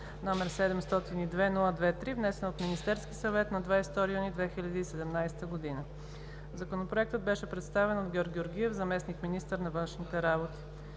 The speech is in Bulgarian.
№ 702-02-3, внесен от Министерския съвет на 22 юни 2017 година. Законопроектът беше представен от Георг Георгиев – заместник-министър на външните работи.